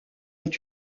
ont